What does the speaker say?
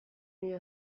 mila